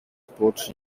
sport